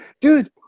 dude